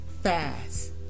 fast